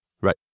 right